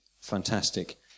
fantastic